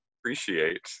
appreciate